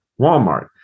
Walmart